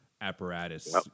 apparatus